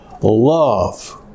love